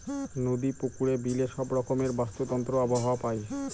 নদী, পুকুরে, বিলে সব রকমের বাস্তুতন্ত্র আবহাওয়া পায়